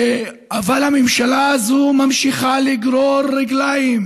אבל הממשלה הזאת ממשיכה לגרור רגליים